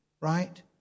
right